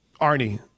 Arnie